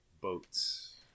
boats